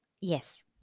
Yes